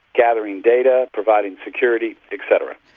gathering data, providing security, et cetera.